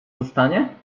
zostanie